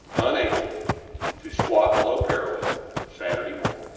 unable to squat below parallel saturday morning,